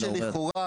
דברים שלכאורה,